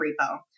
repo